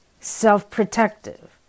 self-protective